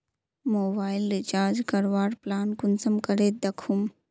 Mobile recharge करवार plan कुंसम करे दखुम?